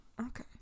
okay